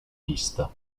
lista